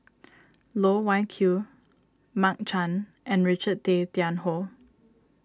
Loh Wai Kiew Mark Chan and Richard Tay Tian Hoe